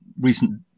recent